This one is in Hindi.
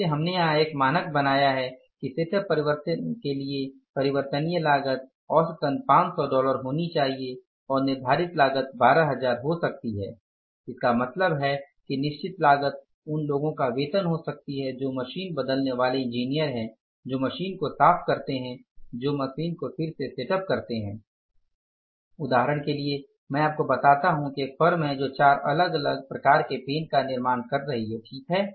इसलिए हमने यहां एक मानक बनाया है कि सेटअप परिवर्तन के लिए परिवर्तनीय लागत औसतन 500 डॉलर होनी चाहिए और निर्धारित लागत 12000 हो सकती है इसका मतलब है कि निश्चित लागत उन लोगों का वेतन हो सकती है जो मशीन बदलने वाले इंजीनियर हैं जो मशीन को साफ करते है जो मशीन को फिर से सेटअप करते है उदाहरण के लिए मैं आपको बताता हूं कि एक फर्म है जो चार अलग अलग प्रकार के पेन का निर्माण कर रही है ठीक है